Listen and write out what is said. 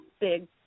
big